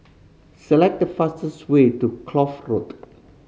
select the fastest way to Kloof Road